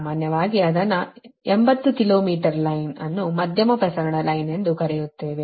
ಸಾಮಾನ್ಯವಾಗಿ ಅದನ್ನು 80 kilometre line ಅನ್ನು ಮಧ್ಯಮ ಪ್ರಸರಣ ಲೈನ್ ಎಂದು ಕರೆಯುತ್ತೇವೆ